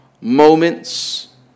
moments